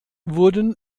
wurden